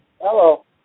Hello